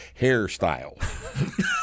hairstyle